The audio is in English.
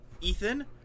Ethan